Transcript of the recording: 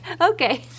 Okay